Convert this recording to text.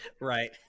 right